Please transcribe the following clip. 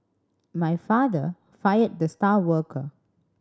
my father fired the star worker